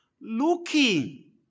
looking